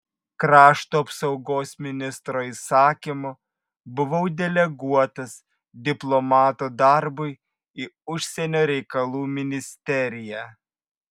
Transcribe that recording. krašto apsaugos ministro įsakymu buvau deleguotas diplomato darbui į užsienio reikalų ministeriją